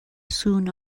soon